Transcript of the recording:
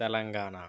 Telangana